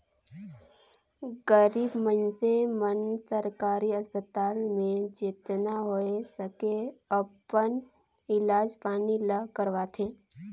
गरीब मइनसे मन सरकारी अस्पताल में जेतना होए सके अपन इलाज पानी ल करवाथें